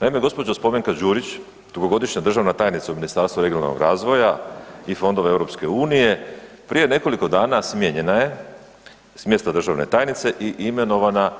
Naime, Spomenka Đurić dugogodišnja državna tajnica u Ministarstvu regionalnog razvoja i fondove EU prije nekoliko dana smijenjena je s mjesta državne tajnice i imenovana